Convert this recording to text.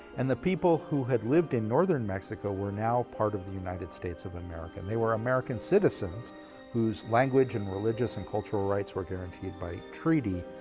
and the people who had lived in northern mexico were now part of the united states of america. they were american citizens whose language and religious and cultural rights were guaranteed by treaty,